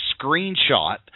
screenshot